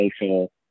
social